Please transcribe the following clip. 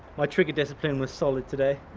my trigger discipline was solid today.